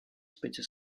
specie